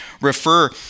refer